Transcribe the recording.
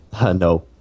No